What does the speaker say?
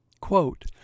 Quote